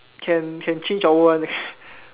can can change genre [one] eh